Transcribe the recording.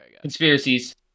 Conspiracies